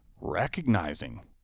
recognizing